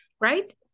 Right